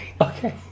Okay